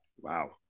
Wow